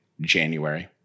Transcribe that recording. January